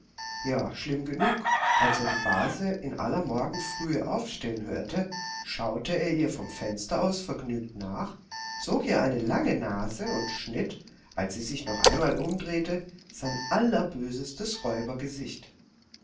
ja schlimm genug als er die base in aller morgenfrühe aufstehen hörte schaute er ihr vom fenster aus vergnügt nach zog ihr eine lange nase und schnitt als sie sich noch einmal umdrehte sein